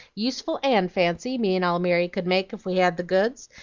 useful and fancy, me and almiry could make ef we had the goods,